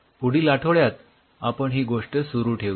पुढील आठवड्यात आपण ही गोष्ट सुरु ठेऊ